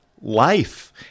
life